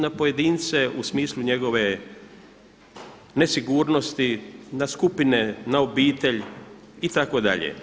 Na pojedince u smislu njegove nesigurnosti na skupine, na obitelj itd.